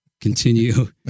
continue